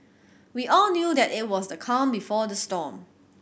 we all knew that it was the calm before the storm